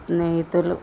స్నేహితులు